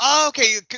okay